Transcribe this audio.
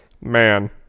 Man